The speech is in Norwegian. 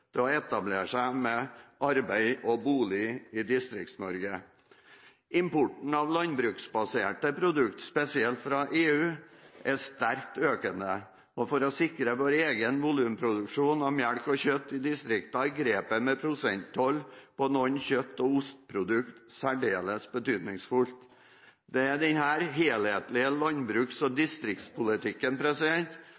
å etablere seg med arbeid og bolig i Distrikts-Norge. Importen av landbruksbaserte produkter, spesielt fra EU, er sterkt økende. For å sikre vår egen volumproduksjon av melk og kjøtt i distriktene er grepet med prosenttoll på noen kjøtt- og osteprodukter særdeles betydningsfullt. Denne helhetlige landbruks- og